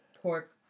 pork